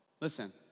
Listen